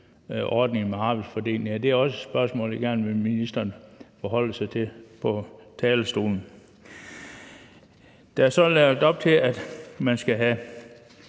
ordningen med arbejdsfordeling? Det er også et spørgsmål, jeg gerne vi have ministeren forholder sig til på talerstolen. Der er så lagt op til, at man skal have